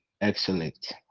excellent